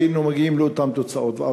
לא היינו מגיעים לאותן תוצאות.